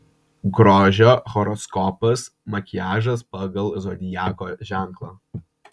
grožio horoskopas makiažas pagal zodiako ženklą